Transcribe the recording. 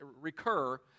recur